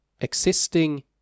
existing